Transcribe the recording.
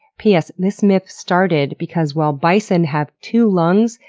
p s. this myth started because, while bison have two lungs,